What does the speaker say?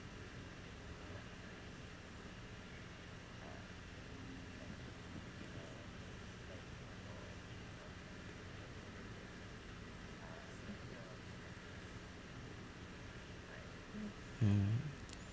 mm